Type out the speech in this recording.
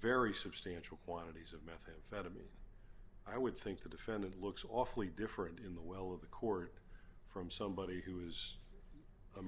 very substantial quantities of methamphetamine i would think the defendant looks awfully different in the well of the court from somebody who